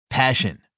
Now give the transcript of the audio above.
passion